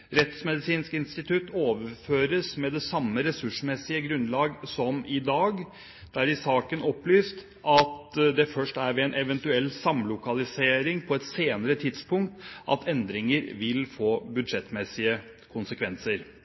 Rettsmedisinsk institutt overføres med det samme ressursmessige grunnlag som i dag. Det er i saken opplyst at det først er ved en eventuell samlokalisering på et senere tidspunkt at endringen vil få budsjettmessige konsekvenser.